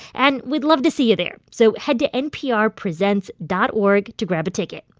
and we'd love to see you there. so head to nprpresents dot org to grab a ticket.